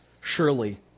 surely